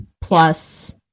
Plus